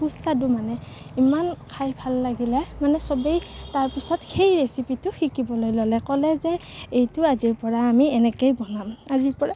সুস্বাদু মানে ইমান খাই ভাল লাগিলে মানে চবেই তাৰপিছত সেই ৰেচিপিটো শিকিবলৈ ল'লে ক'লে যে এইটো আজিৰপৰা আমি এনেকৈয়ে বনাম আজিৰপৰা